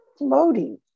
Floating